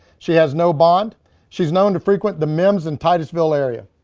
she has no bond she's known to frequent the mims and titusville area.